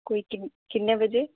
कोई किन्ने किन्ने बजे